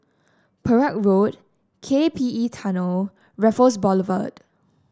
Perak Road K P E Tunnel Raffles Boulevard